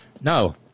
No